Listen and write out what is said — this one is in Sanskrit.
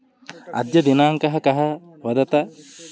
अद्य दिनाङ्कः कः वद